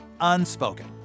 unspoken